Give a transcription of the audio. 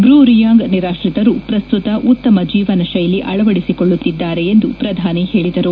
Bru Reang ನಿರಾಶ್ರಿತರು ಪ್ರಸ್ತುತ ಉತ್ತಮ ಜೀವನ ಶೈಲಿ ಅಳವಡಿಸಿಕೊಳ್ಳುತ್ತಿದ್ದಾರೆ ಎಂದು ಪ್ರಧಾನಿ ಹೇಳಿದರು